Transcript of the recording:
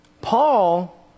Paul